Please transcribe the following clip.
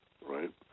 right